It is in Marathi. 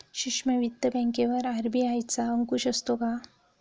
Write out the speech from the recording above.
सूक्ष्म वित्त बँकेवर आर.बी.आय चा अंकुश असतो का?